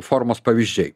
formos pavyzdžiai